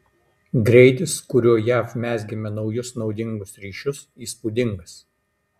greitis kuriuo jav mezgėme naujus naudingus ryšius įspūdingas